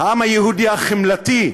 העם היהודי החמלתי,